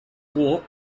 war